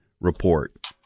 Report